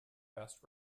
best